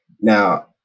Now